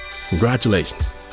congratulations